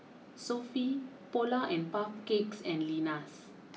Sofy Polar and Puff Cakes and Lenas